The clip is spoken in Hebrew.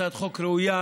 הצעת חוק ראויה,